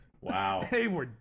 Wow